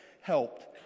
helped